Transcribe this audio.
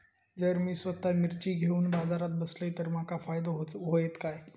जर मी स्वतः मिर्ची घेवून बाजारात बसलय तर माका फायदो होयत काय?